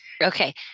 Okay